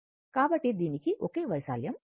కాబట్టి దీనికి ఒకే వైశాల్యం ఉంది